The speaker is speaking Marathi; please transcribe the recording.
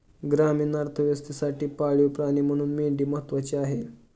ग्रामीण अर्थव्यवस्थेसाठी पाळीव प्राणी म्हणून मेंढी महत्त्वाची आहे